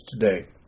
today